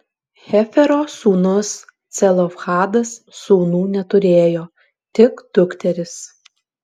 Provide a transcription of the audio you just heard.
hefero sūnus celofhadas sūnų neturėjo tik dukteris